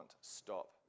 stop